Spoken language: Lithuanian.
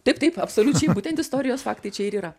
taip taip absoliučiai būtent istorijos faktai čia ir yra